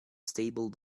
stable